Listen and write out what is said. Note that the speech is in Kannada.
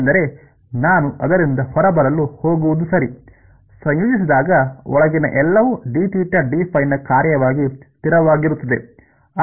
ಎಂದರೆ ನಾನು ಅದರಿಂದ ಹೊರಬರಲು ಹೋಗುವುದು ಸರಿ ಸಂಯೋಜಿಸಿದಾಗ ಒಳಗಿನ ಎಲ್ಲವೂ ನ ಕಾರ್ಯವಾಗಿ ಸ್ಥಿರವಾಗಿರುತ್ತದೆ